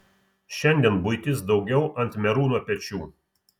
šiandien buitis daugiau ant merūno pečių